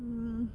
mm